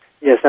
Yes